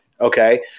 Okay